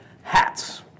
hats